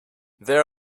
there